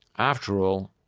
after all,